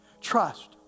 Trust